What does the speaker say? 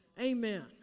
Amen